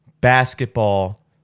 basketball